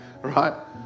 right